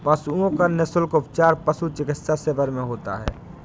पशुओं का निःशुल्क उपचार पशु चिकित्सा शिविर में होता है